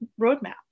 roadmap